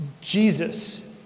Jesus